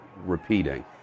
repeating